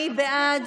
מי בעד?